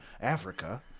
Africa